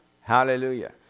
Hallelujah